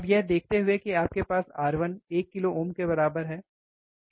अब यह देखते हुए कि आपके पास R1 1 किलो ओम के बराबर है